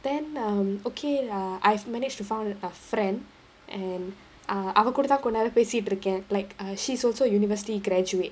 then um okay lah I've managed to found a friend and uh அவ கூடதா கொன்நேரம் பேசிட்டு இருக்க:ava koodathaa konneram paesittu irukka again like uh she's also university graduate